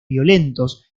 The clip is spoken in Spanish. violentos